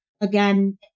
again